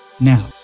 Now